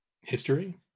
History